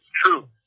true